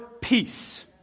peace